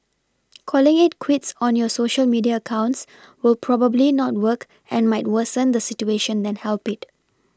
calling it quits on your Social media accounts will probably not work and might worsen the situation than help it